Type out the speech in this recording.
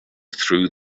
through